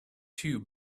two